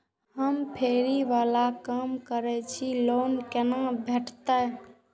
हम फैरी बाला काम करै छी लोन कैना भेटते?